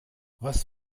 was